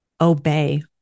obey